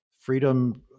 Freedom